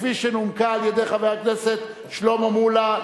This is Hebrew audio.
שנומקה על-ידי חבר הכנסת שלמה מולה.